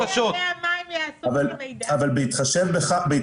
אני לא חושב שנכון להציג את הדברים בצורה